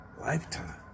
lifetime